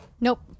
Nope